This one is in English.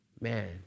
Man